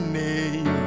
name